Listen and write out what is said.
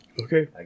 Okay